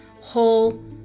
whole